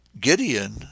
Gideon